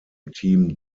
team